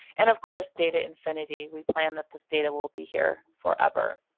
and of course, data infinity. we plan that this data will be here forever.